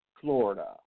Florida